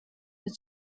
mit